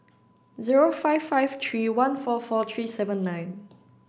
zero five five three one four four three seven nine